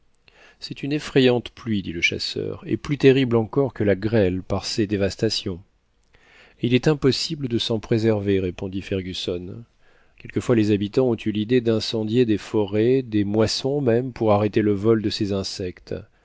c'est une effrayante pluie dit le chasseur et plus terrible encore que la grêle par ses dévastations et il est impossible de s'en préserver répondit fergusson quelque fois les habitants ont eu l'idée d'incendier des forêts des moissons même pour arrêter le vol de ces insectes